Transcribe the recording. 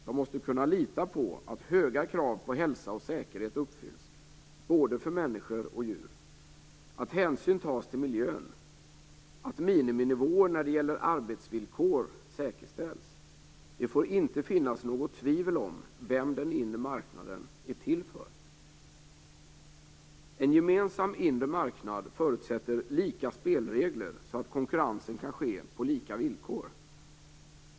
De måste kunna lita på att höga krav på hälsa och säkerhet uppfylls, både för människor och djur, att hänsyn tas till miljön och att miniminivåer när det gäller arbetsvillkor säkerställs. Det får inte finnas något tvivel om vem den inre marknaden är till för. En gemensam inre marknad förutsätter lika spelregler, så att konkurrensen kan ske på lika villkor.